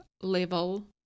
level